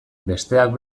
besteak